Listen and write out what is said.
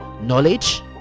knowledge